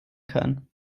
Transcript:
kann